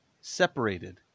separated